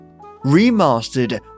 Remastered